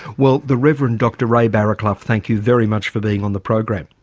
well the rev. and dr ray barraclough, thank you very much for being on the program.